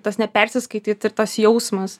tas nepersiskaityt ir tas jausmas